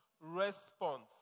response